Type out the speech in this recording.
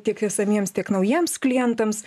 tiek esamiems tiek naujiems klientams